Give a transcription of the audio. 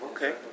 Okay